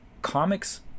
Comics